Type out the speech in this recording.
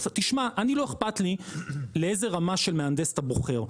תשמע אני לא אכפת לי לאיזו רמה של מהנדס אתה בוחר.